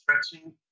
stretching